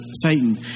Satan